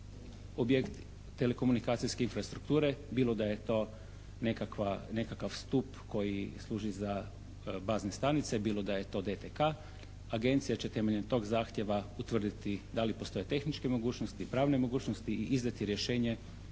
u telekomunikacijske infrastrukture bilo da je to nekakva, nekakav stup koji služi za bazne stanice bilo da je to DTK, agencija će temeljem tog zahtjeva utvrditi da li postoje tehničke mogućnosti, pravne mogućnosti i izdati rješenje